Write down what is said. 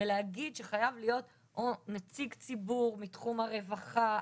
ולהגיד שחייב להיות או נציג ציבור מתחום הרווחה,